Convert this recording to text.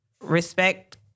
respect